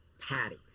Patty